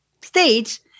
stage